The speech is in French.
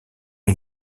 est